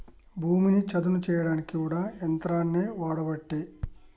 భూమిని చదును చేయడానికి కూడా యంత్రాలనే వాడబట్టే